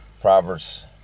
Proverbs